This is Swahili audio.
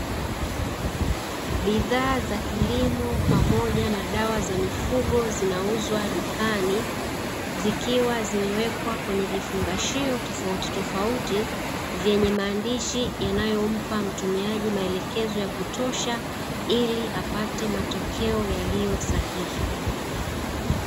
Bidhaa za kilimo pamoja na dawa za mifugo zinauzwa dukani kiwa zimewekwa kwenye vifungashio tofauti tofauti vyenye maandishi yanayompa mtumiaji maelekezo ya kutosha ili apate matokeo yaliyosahihi.